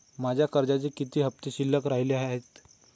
माझ्या कर्जाचे किती हफ्ते शिल्लक राहिले आहेत?